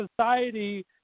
society